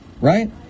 right